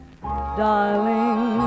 darling